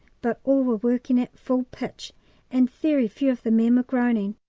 but all were working at full pitch and very few of the men were groaning,